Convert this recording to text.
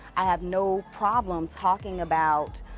i have no problems talking about